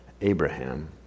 Abraham